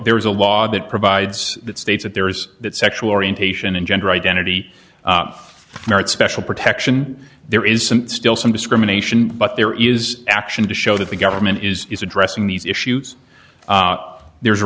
there is a law that provides that states that there's that sexual orientation and gender identity merit special protection there is some still some discrimination but there is action to show that the government is is addressing these issues there's a